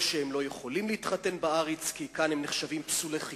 או שהם לא יכולים להתחתן בארץ כי כאן הם נחשבים פסולי חיתון,